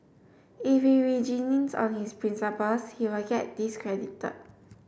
if he reneges on his principles he will get discredited